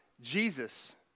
Jesus